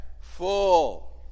Full